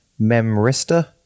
memristor